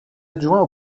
adjoint